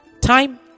time